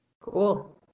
cool